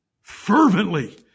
fervently